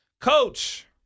Coach